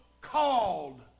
called